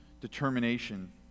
Determination